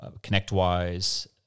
ConnectWise